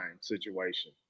situation